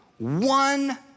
One